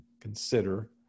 Consider